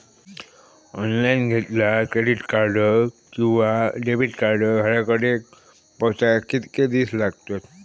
Online घेतला credit card किंवा debit card घराकडे पोचाक कितके दिस लागतत?